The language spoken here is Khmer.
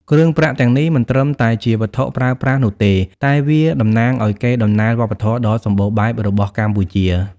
គ្រឿងប្រាក់ទាំងនេះមិនត្រឹមតែជាវត្ថុប្រើប្រាស់នោះទេ តែវាតំណាងឱ្យកេរ្តិ៍ដំណែលវប្បធម៌ដ៏សម្បូរបែបរបស់កម្ពុជា។